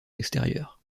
extérieurs